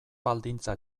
baldintza